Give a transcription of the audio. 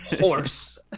horse